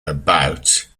about